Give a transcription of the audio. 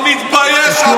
לא מתבייש.